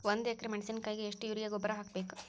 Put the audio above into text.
ಒಂದು ಎಕ್ರೆ ಮೆಣಸಿನಕಾಯಿಗೆ ಎಷ್ಟು ಯೂರಿಯಾ ಗೊಬ್ಬರ ಹಾಕ್ಬೇಕು?